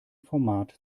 format